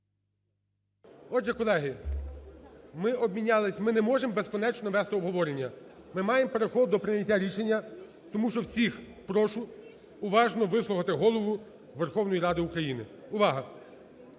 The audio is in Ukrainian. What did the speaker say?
Отже, колеги, ми обмінялися… ми не можемо безкінечно вести обговорення. Ми маємо переходити до прийняття рішення, тому що всіх прошу уважно вислухати Голову Верховної Ради України. Увага!